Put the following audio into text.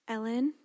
Ellen